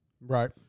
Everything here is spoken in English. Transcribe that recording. Right